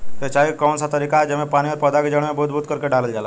सिंचाई क कउन सा तरीका ह जेम्मे पानी और पौधा क जड़ में बूंद बूंद करके डालल जाला?